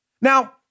Now